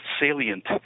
salient